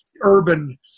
Urban